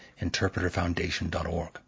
interpreterfoundation.org